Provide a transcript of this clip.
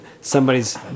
somebody's